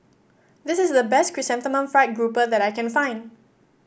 this is the best Chrysanthemum Fried Grouper that I can find